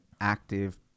active